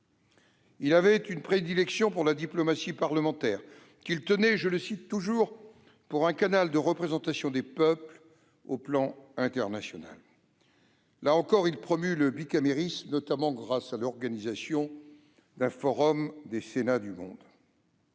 Il avait une prédilection pour la diplomatie parlementaire, qu'il tenait pour « un canal de représentation des peuples au plan international ». Il promut le bicamérisme, notamment grâce à l'organisation d'un Forum des Sénats du monde.